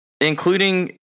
Including